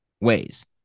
ways